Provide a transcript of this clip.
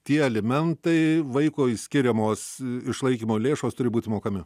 tie alimentai vaikui skiriamos išlaikymo lėšos turi būti mokami